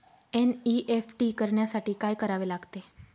NEFT करण्यासाठी काय करावे लागते?